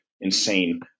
insane